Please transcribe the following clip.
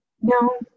no